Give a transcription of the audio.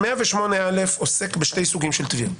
108א עוסק בשני סוגים של תביעות: